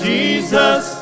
Jesus